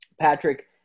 Patrick